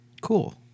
Cool